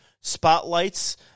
spotlights